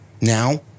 Now